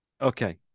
Okay